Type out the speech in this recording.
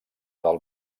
del